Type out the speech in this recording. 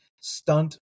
stunt